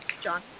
John